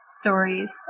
stories